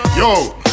yo